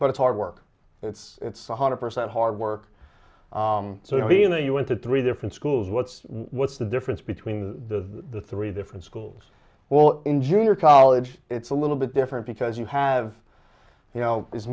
but it's hard work it's it's one hundred percent hard work so being that you went to three different schools what's what's the difference between the three different schools well in junior college it's a little bit different because you have you know